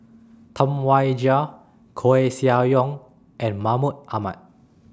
Tam Wai Jia Koeh Sia Yong and Mahmud Ahmad